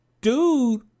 Dude